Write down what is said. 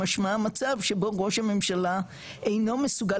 משמע המצב שבו ראש הממשלה אינו מסוגל